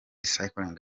cycling